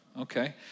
Okay